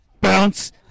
Bounce